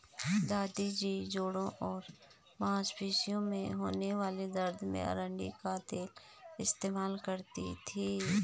दादी जी जोड़ों और मांसपेशियों में होने वाले दर्द में अरंडी का तेल इस्तेमाल करती थीं